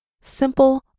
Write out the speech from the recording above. simple